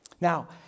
Now